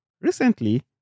Recently